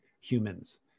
humans